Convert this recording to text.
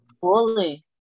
fully